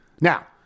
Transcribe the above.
now